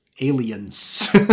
Aliens